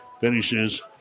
finishes